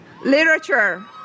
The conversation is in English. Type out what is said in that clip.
literature